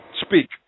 Speak